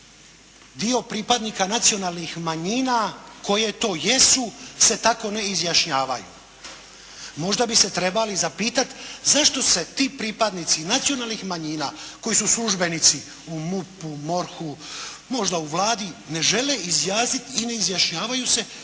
dio pripadnika nacionalnih manjina koje to jesu se tako ne izjašnjavaju. Možda bi se trebali zapitati zašto se ti pripadnici nacionalnih manjina koji su službenici u MUP-u, MORH-u, možda u Vladi ne žele izjasniti i ne izjašnjavaju se kao